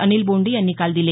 अनिल बोंडे यांनी काल दिले